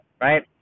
right